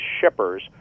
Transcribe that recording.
shippers